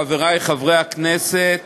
חברי חברי הכנסת,